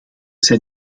zijn